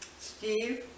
Steve